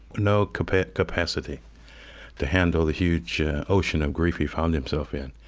no capacity capacity to handle the huge ocean of grief he found himself in.